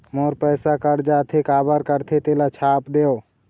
मोर पैसा कट जाथे काबर कटथे तेला छाप देव?